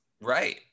Right